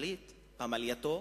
שליט, פמלייתו